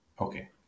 okay